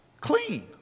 clean